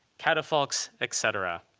catafalques, et cetera.